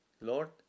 Lord